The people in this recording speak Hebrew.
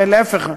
להפך,